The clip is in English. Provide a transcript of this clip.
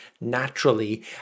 naturally